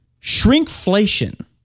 Shrinkflation